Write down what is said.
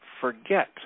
forget